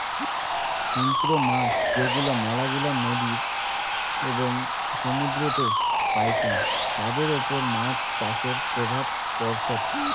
হিংস্র মাছ যেগুলো মেলাগিলা নদী এবং সমুদ্রেতে পাইচুঙ তাদের ওপর মাছ চাষের প্রভাব পড়সৎ